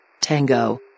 Tango